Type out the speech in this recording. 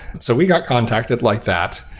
so we got contacted like that.